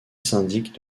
syndic